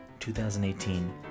2018